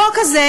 החוק הזה,